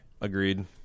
Agreed